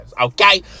Okay